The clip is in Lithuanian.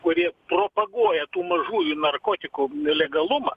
kurie propaguoja tų mažųjų narkotikų legalumą